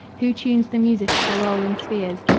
who tunes the music of the rolling spheres,